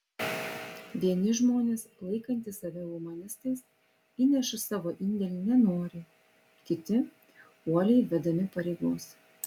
vieni žmonės laikantys save humanistais įneša savo indėlį nenoriai kiti uoliai vedami pareigos